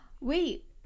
Wait